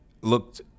looked –